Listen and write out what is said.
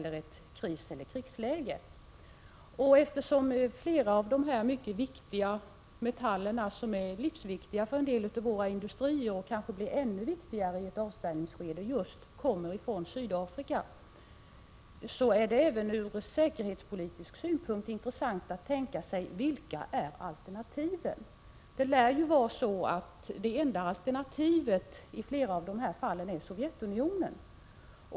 Eftersom flera av dessa metaller, som är livsviktiga för en del av våra industrier och kanske blir ännu viktigare i ett avspärrningsskede, kommer från just Sydafrika, är det även ur säkerhetspolitisk synpunkt intressant att tänka efter vilka alternativen är. Det lär vara så att det enda alternativet i flera fall är Sovjetunionen.